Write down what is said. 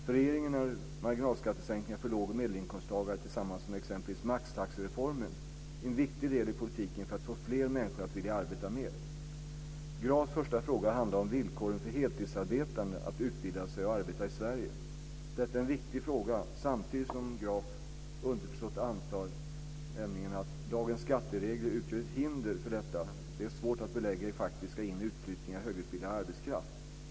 För regeringen är marginalskattesänkningar för låg och medelinkomsttagare - tillsammans med exempelvis maxtaxereformen - en viktig del i politiken för att få fler människor att vilja arbeta mer. Grafs första fråga handlar om villkoren för heltidsarbetande att utbilda sig och arbeta i Sverige. Detta är en viktig fråga samtidigt som det Graf underförstått antar, nämligen att dagens skatteregler utgör ett hinder för detta, är svårt att belägga i faktiska inoch utflyttningar av högutbildad arbetskraft.